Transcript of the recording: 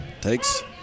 takes